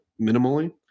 minimally